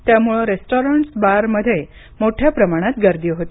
त्यामुळे रेस्टॉरंटस बारमध्ये मोठ्या प्रमाणात गर्दी होती